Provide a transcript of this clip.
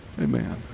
amen